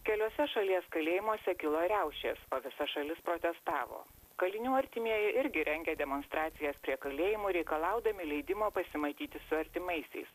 keliuose šalies kalėjimuose kilo riaušės o visa šalis protestavo kalinių artimieji irgi rengė demonstracijas prie kalėjimų reikalaudami leidimo pasimatyti su artimaisiais